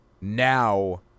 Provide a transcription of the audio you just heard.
now